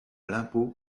l’impôt